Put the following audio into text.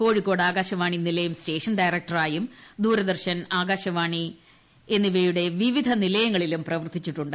കോഴിക്കോട് ആകാശവാണി നിലയം സ്റ്റേഷൻ ഡയറക്ടറായും ദൂരദർശൻ ആകാശവാണി വിവിധ നിലയങ്ങളിലും പ്രവർത്തിച്ചിട്ടുണ്ട്